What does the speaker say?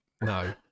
no